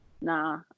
nah